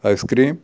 ice cream